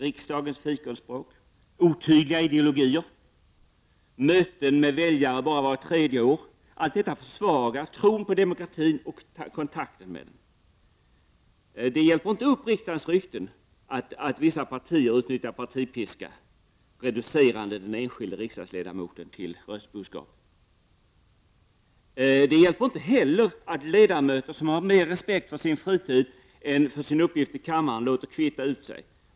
Riksdagens fikonspråk, otydliga ideologier, möten med väljare bara vart tredje år, allt detta försvagar tron på demokratin och kontakten med den. Det hjälper inte upp riksdagens rykte att vissa partier utnyttjar partipiska, reducerande den enskilde riksdagsledamoten till röstboskap. Det hjälper inte heller att ledamöter som har mer respekt för sin fritid än för sin uppgift i kammaren låter kvitta ut sig.